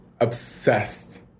Obsessed